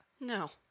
No